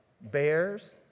bears